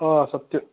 हो सत्यं